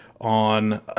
On